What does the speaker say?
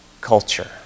culture